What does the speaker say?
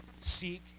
seek